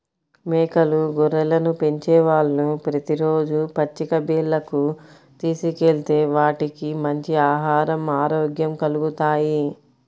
మేకలు, గొర్రెలను పెంచేవాళ్ళు ప్రతి రోజూ పచ్చిక బీల్లకు తీసుకెళ్తే వాటికి మంచి ఆహరం, ఆరోగ్యం కల్గుతాయి